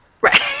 Right